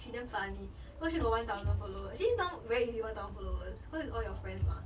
she damn funny because she got one thousand followers actually now very easy one thousand followers because is all your friends mah